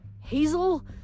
Hazel